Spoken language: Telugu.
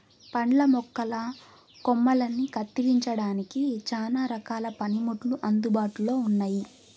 పండ్ల మొక్కల కొమ్మలని కత్తిరించడానికి చానా రకాల పనిముట్లు అందుబాటులో ఉన్నయి